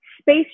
space